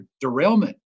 derailment